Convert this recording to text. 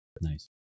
Nice